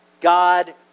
God